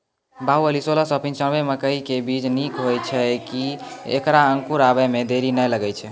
बाहुबली सोलह सौ पिच्छान्यबे मकई के बीज निक होई छै किये की ऐकरा अंकुर आबै मे देरी नैय लागै छै?